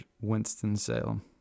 Winston-Salem